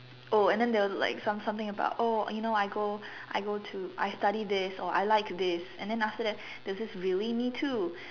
oh and then there was like something something about oh you know I go I go to I study this or I like this and then after that there's this really me too